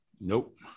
nope